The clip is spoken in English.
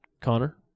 Connor